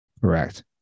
Correct